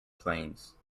planes